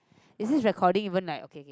is this recording even like okay